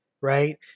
right